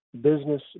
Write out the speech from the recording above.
business